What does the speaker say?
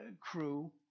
crew